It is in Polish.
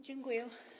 Dziękuję.